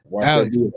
Alex